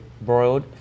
broiled